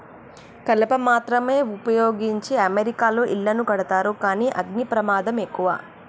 కలప మాత్రమే వుపయోగించి అమెరికాలో ఇళ్లను కడతారు కానీ అగ్ని ప్రమాదం ఎక్కువ